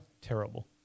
terrible